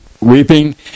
weeping